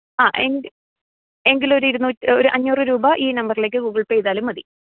ആ എങ്കിൽ എങ്കിൽ ഒരു ഇരുന്നൂറ്റ് ഒര് അഞ്ഞൂറ് രൂപ ഈ നമ്പറിലേക്ക് ഗൂഗിൾ പേ ചെയ്താലും മതി